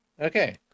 Okay